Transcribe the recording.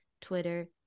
Twitter